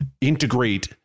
integrate